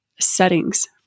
settings